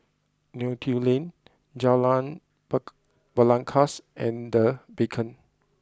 Neo Tiew Lane Jalan bark Belangkas and Beacon